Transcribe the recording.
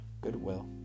goodwill